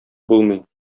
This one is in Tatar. булмый